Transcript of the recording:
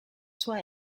sua